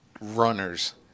runners